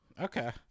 okay